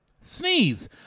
sneeze